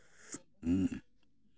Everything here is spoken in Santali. ᱦᱮᱸ